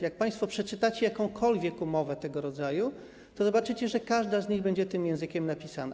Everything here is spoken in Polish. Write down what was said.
Jak państwo przeczytacie jakąkolwiek umowę tego rodzaju, to zobaczycie, że każda z nich będzie tym językiem napisana.